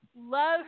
love